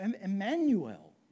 Emmanuel